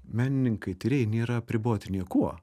menininkai tyrėjai nėra apriboti niekuo